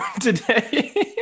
today